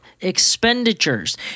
expenditures